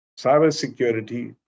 cybersecurity